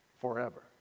forever